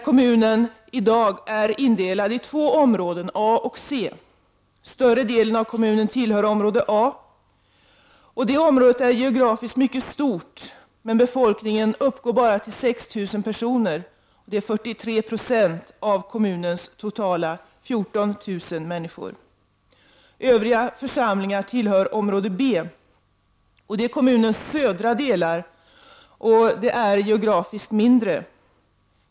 Kommunen är i dag indelad i två områden, A och C. Större delen av kommunen tillhör område A. Området är geografiskt mycket stort, men befolkningen uppgår bara till 6 000 personer, vilket är 43 76 av kommunens totala 14 000 människor. Övriga församlingar tillhör område B. Det utgörs av kommunens södra delar och är geografiskt mindre.